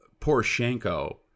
Poroshenko